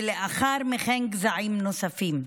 ולאחר מכן גזעים נוספים.